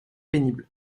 pénible